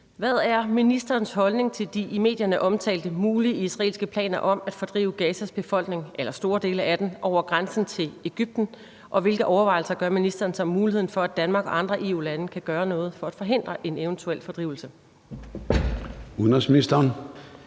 Hvad er ministerens holdning til de i medierne omtalte mulige israelske planer om at fordrive Gazas befolkning eller store dele af den over grænsen til Egypten, og hvilke overvejelser gør ministeren sig om muligheden for, at Danmark og andre EU-lande kan gøre noget for at forhindre en eventuel fordrivelse? (Spm. nr.